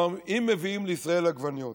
אם מביאים לישראל עגבניות,